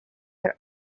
your